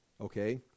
Okay